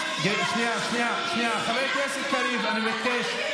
בשום מדינה בעולם ראש ממשלה לא משקר לציבור.